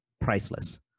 priceless